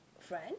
friends